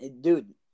dude